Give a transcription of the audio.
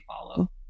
follow